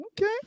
okay